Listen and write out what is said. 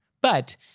but-